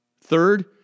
Third